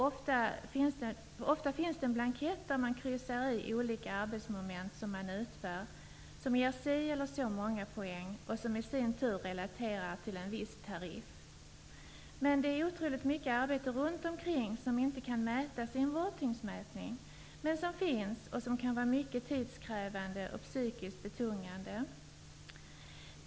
Ofta kryssar man på en blankett i olika arbetsmoment som utförs och som ger si eller så många poäng, i sin tur relaterade till en viss tariff. Men det förekommer oerhört mycket arbete runt omkring som inte kan mätas i en vårdtyngdsmätning och som kan vara mycket tidskrävande och psykiskt betungande.